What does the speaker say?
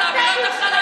הוויכוח הזה,